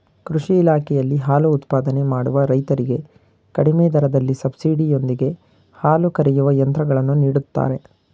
ಕೃಷಿ ಇಲಾಖೆಯಲ್ಲಿ ಹಾಲು ಉತ್ಪಾದನೆ ಮಾಡುವ ರೈತರಿಗೆ ಕಡಿಮೆ ದರದಲ್ಲಿ ಸಬ್ಸಿಡಿ ಯೊಂದಿಗೆ ಹಾಲು ಕರೆಯುವ ಯಂತ್ರಗಳನ್ನು ನೀಡುತ್ತಾರೆ